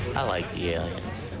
i like the aliens.